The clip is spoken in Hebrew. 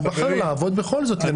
והוא בחר לעבוד בכל זאת.